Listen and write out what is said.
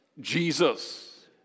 Jesus